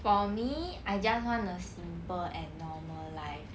for me I just want a simple and normal life